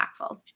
impactful